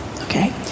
Okay